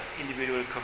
individual